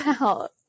out